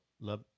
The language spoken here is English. love